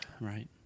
Right